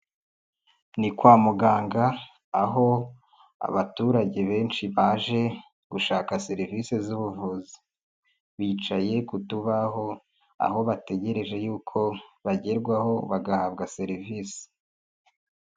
Ni kwa muganga aho abaturage benshi baje gushaka serivisi z'ubuvuzi, bicaye ku tubaho aho bategereje y'uko bagerwaho bagahabwa serivisi.